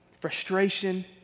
frustration